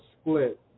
split